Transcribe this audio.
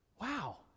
Wow